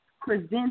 present